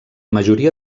majoria